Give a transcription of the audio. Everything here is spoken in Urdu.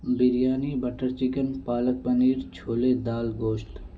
بریانی بٹر چکن پالک پنیر چھولے دال گوشت